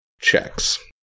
checks